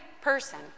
person